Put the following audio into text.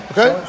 Okay